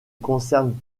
concerne